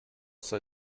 sei